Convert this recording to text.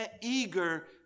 eager